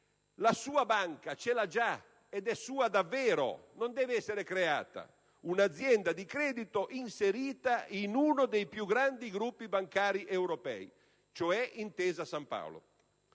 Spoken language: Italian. la sua banca ce l'ha già, ed è sua davvero, non deve essere creata: è un'azienda di credito inserita in uno dei più grandi gruppi bancari europei, cioè Intesa‑San Paolo.